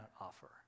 offer